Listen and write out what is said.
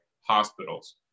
hospitals